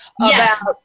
Yes